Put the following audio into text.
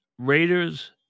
Raiders